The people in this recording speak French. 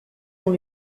dans